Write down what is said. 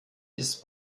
ist